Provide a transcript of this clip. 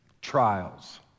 trials